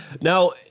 Now